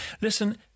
Listen